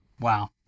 Wow